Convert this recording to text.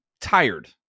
tired